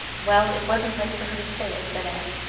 well, it wasn't right for her to say it, said anne,